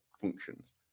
functions